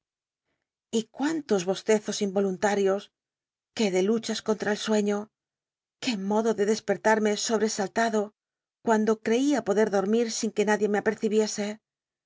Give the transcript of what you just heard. y cuüntos bostezos involuntarios qué de luchas conlm el suciío qué modo de dcsperlarmc sohresaltado cuando creía poder dormi r sin que nadie me apercibiese